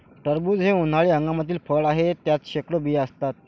टरबूज हे उन्हाळी हंगामातील फळ आहे, त्यात शेकडो बिया असतात